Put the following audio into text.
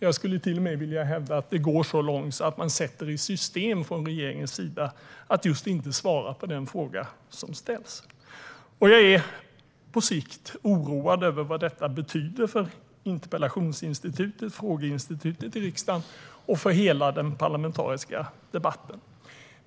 Jag skulle till och med vilja hävda att det går så långt att man från regeringens sida sätter i system att inte svara på den fråga som ställs. Jag är på sikt oroad över vad detta betyder för interpellations och frågeinstitutet i riksdagen och för hela den parlamentariska debatten.